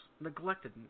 neglected